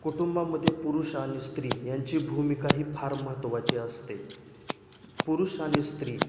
कुटुंबामध्ये पुरुष आणि स्त्री यांची भूमिका ही फार महत्त्वाची असते पुरुष आणि स्त्री